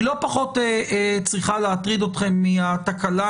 היא לא פחות צריכה להטריד אתכם מהתקלה,